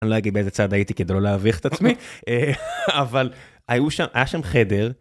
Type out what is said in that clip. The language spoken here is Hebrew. אני לא אגיד באיזה צד הייתי כדי לא להביך את עצמי, אבל היה שם חדר...